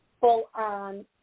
full-on